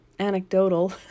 anecdotal